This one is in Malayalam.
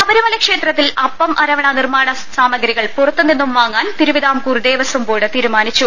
ശബരിമലക്ഷേത്രത്തിൽ അപ്പം അരവണ നിർമാണ സാമ ഗ്രികൾ പുറത്തു നിന്നും വാങ്ങാൻ തിരുവിതാംകൂർ ദേവസ്വം ബോർഡ് തീരുമാനിച്ചു